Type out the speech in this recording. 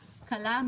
קלה,